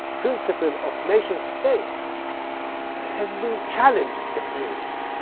principle of nation-state has been challenged, at least,